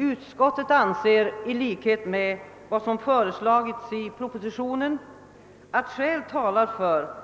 Utskottet anser, vilket också anförts i propositionen, att skäl talar för